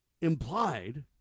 implied